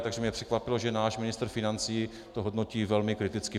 Takže mě překvapilo, že náš ministr financí to hodnotí velmi kriticky.